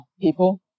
people